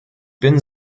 bin